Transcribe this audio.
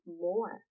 more